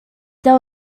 there